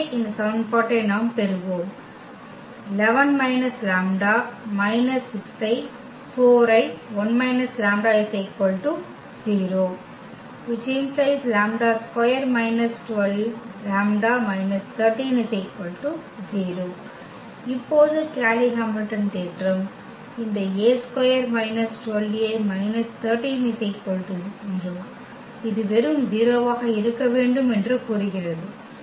எனவே இந்த சமன்பாட்டை நாம் பெறுவோம் ⟹ λ2− 12λ − 13 0 இப்போது கேய்லி ஹாமில்டன் தேற்றம் இந்த A2 − 12A − 13 0 இது வெறும் 0 ஆக இருக்க வேண்டும் என்று கூறுகிறது